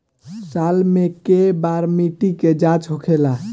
साल मे केए बार मिट्टी के जाँच होखेला?